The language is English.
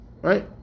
Right